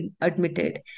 admitted